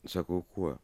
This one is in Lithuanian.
sakau kuo